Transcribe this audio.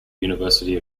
university